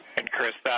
and chris,